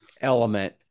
element